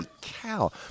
cow